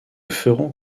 feront